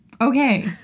Okay